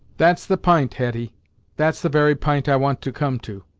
that's the p'int, hetty that's the very p'int i want to come to.